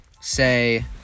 say